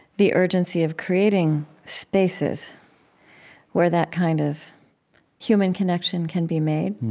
the urgency of creating spaces where that kind of human connection can be made.